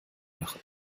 machen